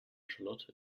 charlotte